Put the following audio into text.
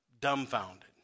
dumbfounded